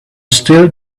still